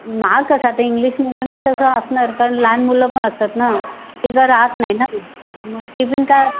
महाग कसं आता इंग्लिश मिडियमला तसं असणार कारण लहान मुलं पण असतात ना ती काही राहत नाही ना मग टिफीन काय